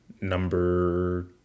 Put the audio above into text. number